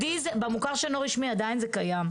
במוכר שאינו רשמי עדיין זה קיים.